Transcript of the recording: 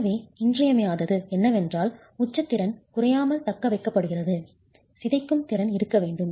எனவே இன்றியமையாதது என்னவென்றால் உச்ச திறன் குறையாமல் தக்கவைக்கப்படுகிறது சிதைக்கும் திறன் இருக்க வேண்டும்